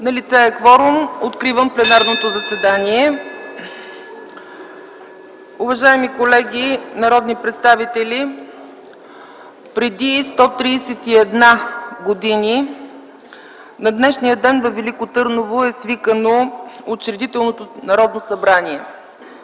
Налице е кворум. Откривам пленарното заседание. Уважаеми колеги народни представители, преди 131 години на днешния ден във Велико Търново е свикано Учредителното Народно събрание.